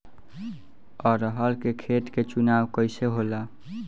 अरहर के खेत के चुनाव कइसे होला?